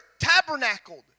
tabernacled